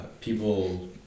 people